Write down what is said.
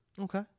Okay